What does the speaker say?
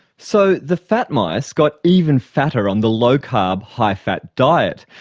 so the fat mice got even fatter on the low carb, high fat diet.